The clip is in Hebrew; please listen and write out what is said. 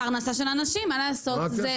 פרנסה של אנשים למה לעשות.